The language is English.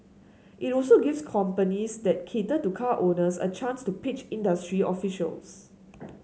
it also gives companies that cater to car owners a chance to pitch industry officials